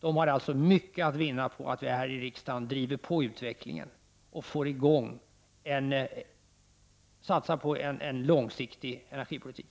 Man har alltså mycket att vinna på att vi här i riksdagen driver på utvecklingen. Det gäller ju att satsa på en långsiktig energipolitik.